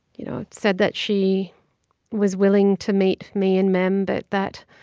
you know, said that she was willing to meet me and mem but that,